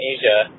Asia